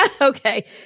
Okay